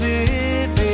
Living